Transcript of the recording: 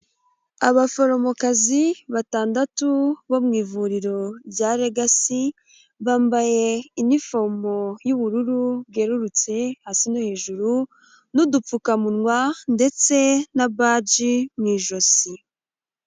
Abaforomokazi batandatu bo mu ivuriro rya regasi, bambaye iniifomo y'ubururu bwerurutse hasi no hejuru, n'udupfukamunwa ndetse na baji mu ijosi.